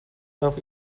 half